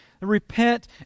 repent